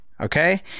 okay